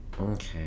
Okay